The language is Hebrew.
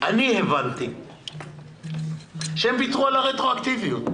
אני הבנתי שהם ויתרו על הרטרואקטיביות.